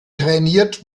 trainiert